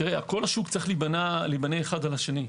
כל השוק צריך להיבנות אחד על השני.